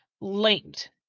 linked